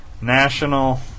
National